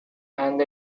and